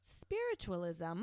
Spiritualism